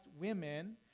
women